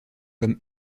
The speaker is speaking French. comme